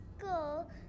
school